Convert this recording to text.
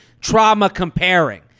trauma-comparing